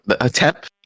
attempt